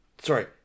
Sorry